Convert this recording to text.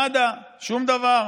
נאדה, שום דבר.